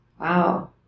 wow